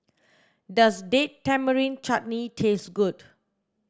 does Date Tamarind Chutney taste good